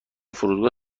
فرودگاه